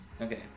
Okay